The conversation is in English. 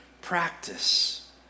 practice